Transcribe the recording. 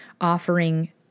offering